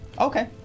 okay